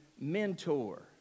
mentor